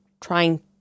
trying